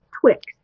Twix